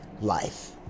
life